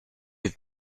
have